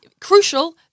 crucial